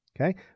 Okay